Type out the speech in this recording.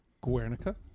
Guernica